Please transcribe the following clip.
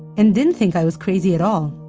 and didn't think i was crazy at all.